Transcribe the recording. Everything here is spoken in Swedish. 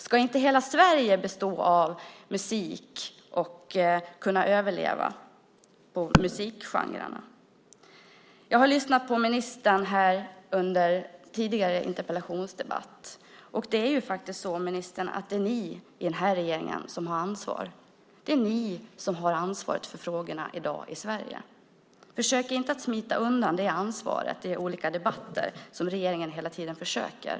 Ska inte hela Sverige bestå av musik och kunna överleva när det gäller musikgenrer? Jag har lyssnat på ministern här under tidigare interpellationsdebatt, och det är faktiskt så, ministern, att det är ni i den här regeringen som har ansvar. Det är ni som i dag har ansvaret för frågorna i Sverige. Försök inte smita undan det ansvaret i olika debatter som regeringen hela tiden försöker!